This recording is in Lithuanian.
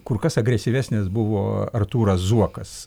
kur kas agresyvesnis buvo artūras zuokas